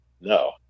no